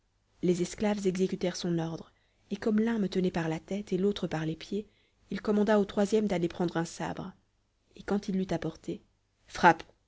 les esclaves exécutèrent son ordre et comme l'un me tenait par la tête et l'autre par les pieds il commanda au troisième d'aller prendre un sabre et quand il l'eut apporté frappe